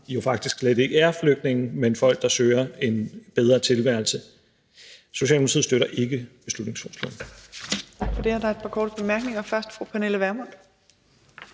mange faktisk slet ikke er flygtninge, men er folk, der søger en bedre tilværelse. Socialdemokratiet støtter ikke beslutningsforslaget.